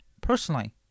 personally